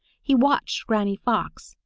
he watched granny fox,